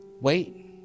wait